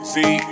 See